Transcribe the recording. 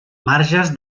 marges